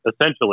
essentially